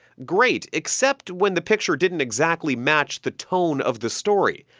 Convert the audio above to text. great, except when the picture didn't exactly match the tone of the story,